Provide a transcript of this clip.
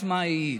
ועצמאים.